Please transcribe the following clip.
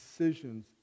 decisions